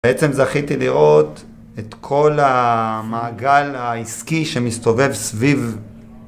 בעצם זכיתי לראות את כל המעגל העסקי שמסתובב סביב